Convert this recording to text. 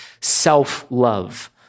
self-love